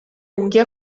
unghie